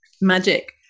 magic